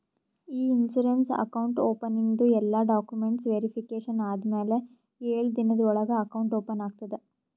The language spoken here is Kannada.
ಇ ಇನ್ಸೂರೆನ್ಸ್ ಅಕೌಂಟ್ ಓಪನಿಂಗ್ದು ಎಲ್ಲಾ ಡಾಕ್ಯುಮೆಂಟ್ಸ್ ವೇರಿಫಿಕೇಷನ್ ಆದಮ್ಯಾಲ ಎಳು ದಿನದ ಒಳಗ ಅಕೌಂಟ್ ಓಪನ್ ಆಗ್ತದ